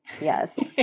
Yes